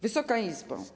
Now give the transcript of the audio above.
Wysoka Izbo!